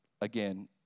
again